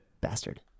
bastard